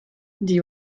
dit